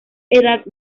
edad